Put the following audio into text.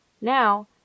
Now